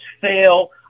fail